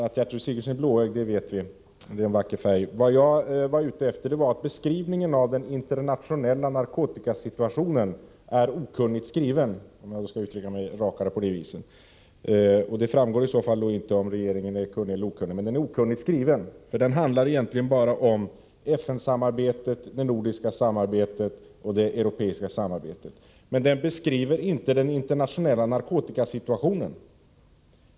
Att Gertrud Sigurdsen är blåögd det vet vi — det är en vacker färg. Vad jag var ute efter var att den del av propositionen som handlar om den internationella narkotikasituationen är okunnigt skriven. Jag hoppas att jag uttrycker mig rakare nu. Det framgår inte om regeringen är kunnig eller okunnig, men det avsnittet i propositionen är okunnigt skrivet. Det handlar egentligen bara om FN-samarbetet, det nordiska samarbetet och det europeiska samarbetet. Man beskriver inte den internationella narkotikasituationen.